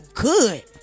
Good